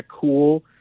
cool